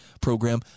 program